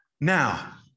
Now